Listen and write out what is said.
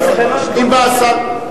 לפי התקנון,